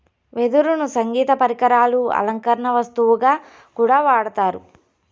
వెదురును సంగీత పరికరాలు, అలంకరణ వస్తువుగా కూడా వాడతారు